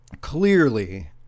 clearly